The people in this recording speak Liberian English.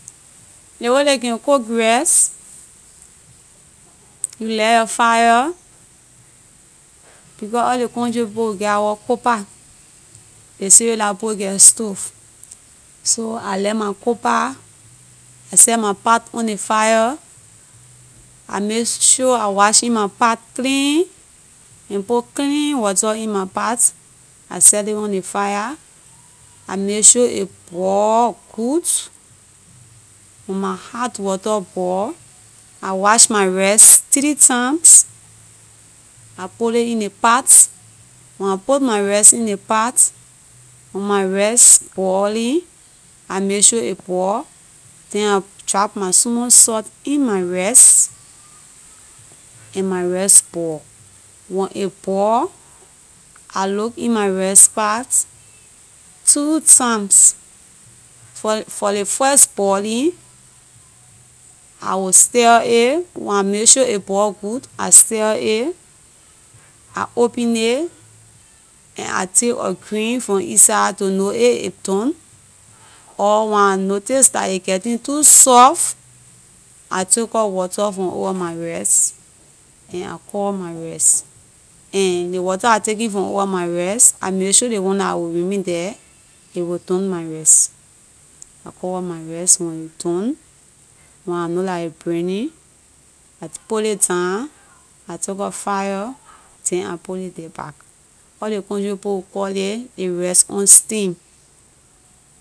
Ley way dey can cook rice. You light yor fire, becor us ley country people we geh our cook pot, ley civilized people geh stove. So I light my cook pot, I set my pot on ley fire I make sure I wash in my pot clean and put clean water in my pot, I set it on ley fire I make sure it boil good when my hot water boil I wash my rice three times I put it in ley pot when I put my rice ley pot, when my rice boiling I make sure it boil then I drop my small salt in my rice and my rice boil when it boil I look in my rice pot two times for- for ley first boiling I will stir it when I make sure it boil good I will stir it I open it and I take a grain from inside to know if it done, or when I notice dah aay getting too soft, I takor water from over my rice, and I cover my rice, and ley water I taking from over my rice I make sure ley one dah will remain there, aay will done my rice. I cover my rice, when aay done, wen I do dah it burning, I put it down I takor fire then I put it there back. Us ley country people we call it ley rice on steam.